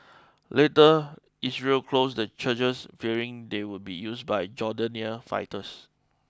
later Israel closed the churches fearing they would be used by Jordanian fighters